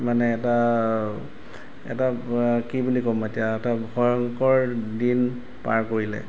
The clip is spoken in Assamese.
মানে এটা এটা কি বুলি ক'ম মই এতিয়া এটা ভয়ংকৰ দিন পাৰ কৰিলে